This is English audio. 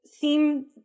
theme